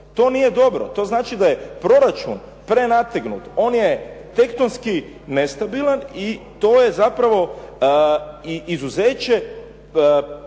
To nije dobro. To znači da je proračun prenategnut, on je tektonski nestabilan i to je zapravo i izuzeće izvođenja